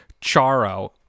Charo